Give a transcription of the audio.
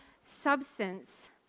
substance